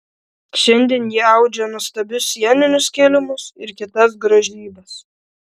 šiandien ji audžia nuostabius sieninius kilimus ir kitas grožybes